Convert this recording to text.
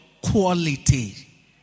quality